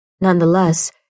Nonetheless